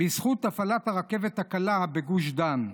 בזכות הפעלת הרכבת הקלה בגוש דן,